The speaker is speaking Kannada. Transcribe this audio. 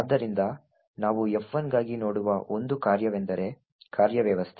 ಆದ್ದರಿಂದ ನಾವು F1 ಗಾಗಿ ನೋಡುವ ಒಂದು ಕಾರ್ಯವೆಂದರೆ ಕಾರ್ಯ ವ್ಯವಸ್ಥೆ